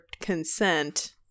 consent